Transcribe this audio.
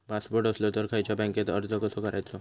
Passport असलो तर खयच्या बँकेत अर्ज कसो करायचो?